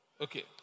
Okay